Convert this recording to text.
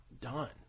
done